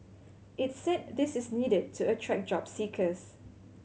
it said this is needed to attract job seekers